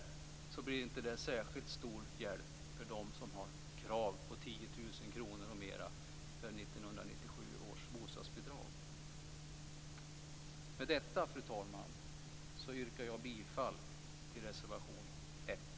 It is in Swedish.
Tyvärr blir det inte till särskilt stor hjälp för dem som har krav på 10 000 kr och mer för Fru talman! Med detta yrkar jag bifall till reservation 1.